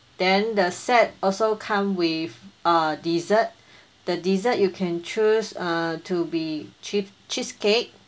then the set also come with uh dessert the dessert you can choose uh to be cheese cheesecake